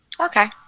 Okay